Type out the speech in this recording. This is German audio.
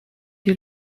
die